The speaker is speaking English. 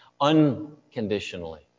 unconditionally